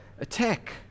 attack